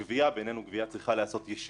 שבעינינו היא צריכה להיעשות ישירות לממונה,